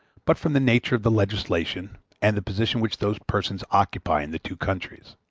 but from the nature of the legislation, and the position which those persons occupy in the two countries.